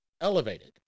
elevated